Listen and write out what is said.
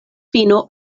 fino